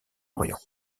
orient